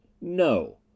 No